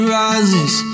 rises